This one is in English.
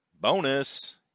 Bonus